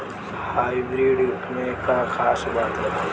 Hybrid में का खास बात होला?